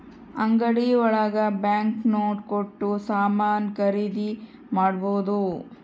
ಅಂಗಡಿ ಒಳಗ bank note ಕೊಟ್ಟು ಸಾಮಾನ್ ಖರೀದಿ ಮಾಡ್ಬೋದು